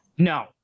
No